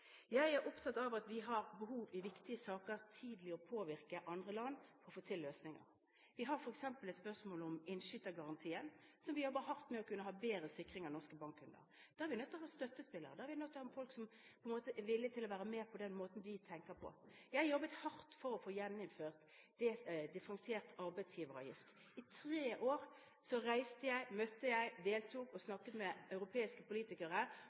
Jeg er opptatt av at vi i viktigere saker har behov for tidlig å påvirke andre land for å få til løsninger. Vi har f.eks. et spørsmål om innskytergarantien, som vi jobber hardt med, for å kunne ha bedre sikring for norske bankkunder. Da er vi nødt til å ha støttespillere, vi er nødt til å ha folk som er villige til å være med på den måten vi tenker på. Jeg har jobbet hardt for å få gjeninnført differensiert arbeidsgiveravgift. I tre år reiste jeg, møtte jeg, deltok jeg og snakket med europeiske politikere